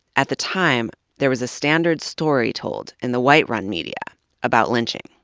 at the time, there was a standard story told in the white-run media about lynching.